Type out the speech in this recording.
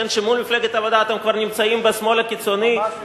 שמול מפלגת העבודה אתם כבר נמצאים בשמאל הקיצוני,